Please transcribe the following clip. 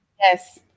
Yes